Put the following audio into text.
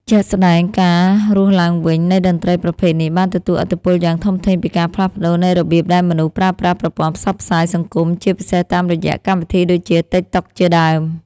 ជាក់ស្តែង ការរស់ឡើងវិញនៃតន្ត្រីប្រភេទនេះបានទទួលឥទ្ធិពលយ៉ាងធំធេងពីការផ្លាស់ប្តូរនៃរបៀបដែលមនុស្សប្រើប្រាស់ប្រព័ន្ធផ្សព្វផ្សាយសង្គម ជាពិសេសតាមរយៈកម្មវិធីដូចជា TikTok ជាដើម។